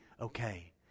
Okay